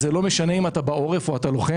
לא משנה אם הוא בעורף או לוחם,